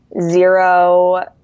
zero